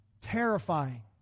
terrifying